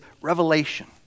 revelation